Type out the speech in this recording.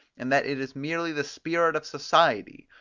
and that it is merely the spirit of society,